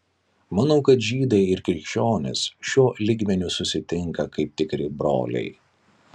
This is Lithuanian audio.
manau kad žydai ir krikščionys šiuo lygmeniu susitinka kaip tikri broliai